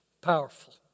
Powerful